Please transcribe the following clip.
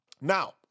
Now